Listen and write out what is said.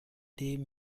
dem